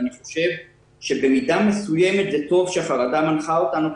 אני חושב שבמידה מסוימת טוב שהחרדה מנחה אותנו,